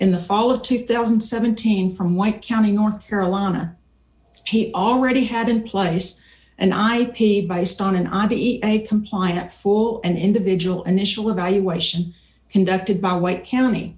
in the fall of two thousand and seventeen from white county north carolina he already had in place and i biased on an id a compliant fool and individual an initial evaluation conducted by white county